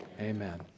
amen